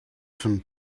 some